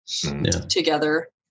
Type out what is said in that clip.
together